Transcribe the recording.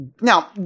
Now